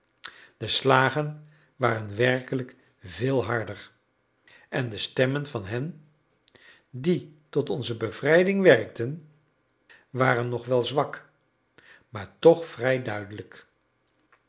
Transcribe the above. de slagen waren werkelijk veel harder en de stemmen van hen die tot onze bevrijding werkten waren nog wel zwak maar toch vrij duidelijk